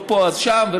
לא פה אז שם,